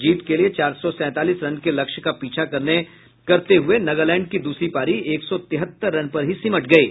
जीत के लिए चार सौ सैंतालीस रन के लक्ष्य का पीछा करने हुए नगालैंड की दूसरी पारी एक सौ तिहत्तर रन पर ही सिमट गयी